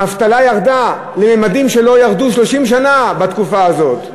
האבטלה ירדה לממדים שלא היו 30 שנה, בתקופה הזאת.